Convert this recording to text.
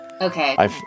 Okay